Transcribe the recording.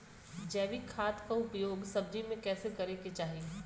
जैविक खाद क उपयोग सब्जी में कैसे करे के चाही?